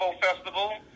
festival